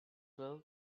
well